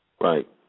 Right